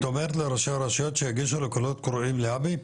את אומרת לראשי הרשויות שיגישו ל'קולות קוראים' להאבים?